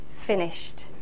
finished